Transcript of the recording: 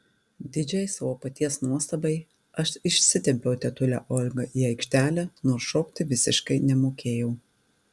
didžiai savo paties nuostabai aš išsitempiau tetulę olgą į aikštelę nors šokti visiškai nemokėjau